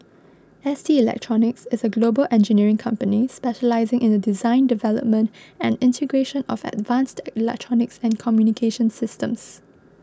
S T Electronics is a global engineering company specialising in the design development and integration of advanced electronics and communications systems